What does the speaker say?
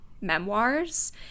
memoirs